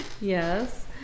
Yes